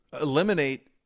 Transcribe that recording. eliminate